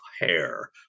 hair